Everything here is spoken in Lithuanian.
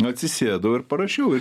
atsisėdau ir parašiau